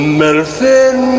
medicine